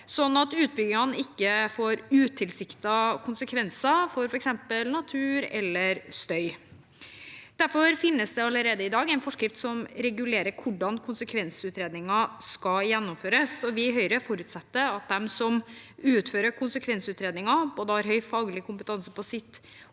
sånn at utbyggingene ikke får utilsiktede konsekvenser for f.eks. natur eller støy. Derfor finnes det allerede i dag en forskrift som regulerer hvordan konsekvensutredninger skal gjennomføres. Vi i Høyre forutsetter at de som utfører konsekvensutredninger, har høy faglig kompetanse på sitt